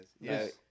Yes